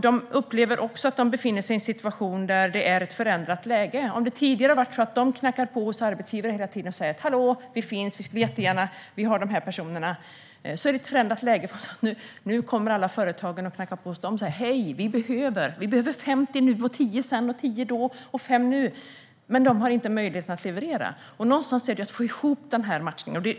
De upplever också att de befinner sig i en situation där det är ett förändrat läge. Det har tidigare varit så att de knackat på hos arbetsgivare hela tiden och sagt: Hallå, vi finns, och vi har de här personerna. Nu är det ett förändrat läge. Nu kommer alla företagen och knackar på hos dem och säger: Hej, vi behöver 50 nu och 10 sedan, 10 då, och 5 nu. Men de har inte möjligheten att leverera. Någonstans gäller det att få ihop matchningen.